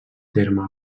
terme